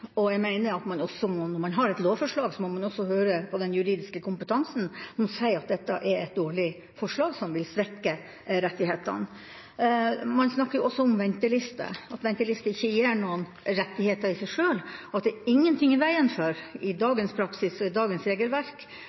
Jeg mener at når man har et lovforslag, må man også høre på den juridiske kompetansen, som sier at dette er et dårlig forslag som vil svekke rettighetene. Man snakker også om ventelister, at ventelister ikke gir noen rettigheter i seg selv. Det er ingenting i veien for i dagens praksis og i dagens regelverk